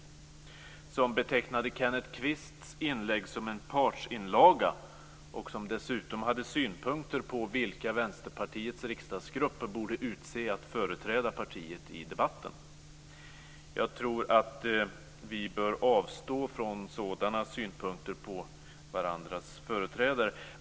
Ewa Larsson betecknade Kenneth Kvists inlägg som en partsinlaga och hade dessutom synpunkter på vilka Vänsterpartiets riksdagsgrupp borde utse att företräda partiet i debatten. Jag tror att vi bör avstå från sådana synpunkter på varandras företrädare.